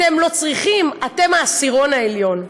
אתם לא צריכים, אתם העשירון העליון.